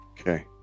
Okay